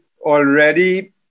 already